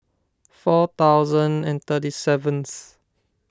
four thousand and thirty seventh